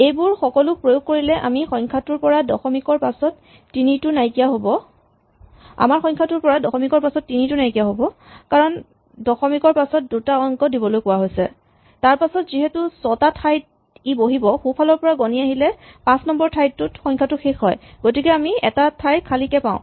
এইবোৰ সকলো প্ৰয়োগ কৰিলে আমাৰ সংখ্যাটোৰ পৰা দশমিকৰ পাছৰ ৩ টো নাইকিয়া হ'ব কাৰণ দশমিকৰ পাছত দুটা অংক দিবলৈ কোৱা হৈছে তাৰপাছত যিহেতু ছটা ঠাইত ই বহিব সোঁফালৰ পৰা গণি আহিলে পাঁচ নম্বৰ ঠাইটোত সংখ্যাটো শেষ হয় গতিকে আমি এটা ঠাই খালীকে পাওঁ